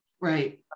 Right